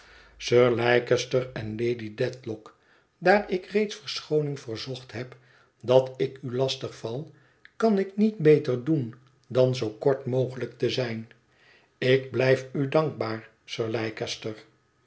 sir leicester en lady dedlock daar ik reeds verschooning verzocht heb dat ik u lastig val kan ik niet beter doen dan zoo kort mogelijk te zijn ik blijf u dankbaar sir leicester